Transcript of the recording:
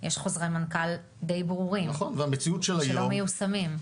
יש חוזרי מנכ"ל די ברורים שלא מיושמים.